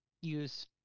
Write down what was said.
use